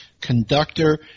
conductor